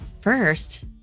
first